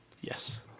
yes